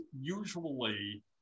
usually